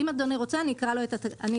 אם אדוני רוצה אני אקרא את --- לא,